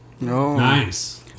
Nice